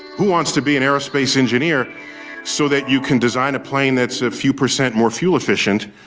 who wants to be an aerospace engineer so that you can design a plane that's a few percent more fuel efficient.